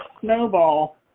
snowball